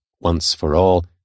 once-for-all